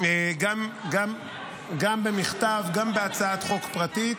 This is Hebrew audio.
גם במכתב, גם בהצעת חוק פרטית.